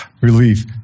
Relief